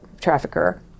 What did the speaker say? trafficker